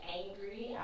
angry